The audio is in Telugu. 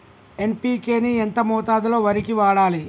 ఎన్.పి.కే ని ఎంత మోతాదులో వరికి వాడాలి?